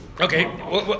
Okay